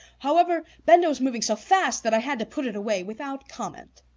however, benda was moving so fast that i had to put it away without comment.